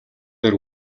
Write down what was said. дээр